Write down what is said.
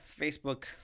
Facebook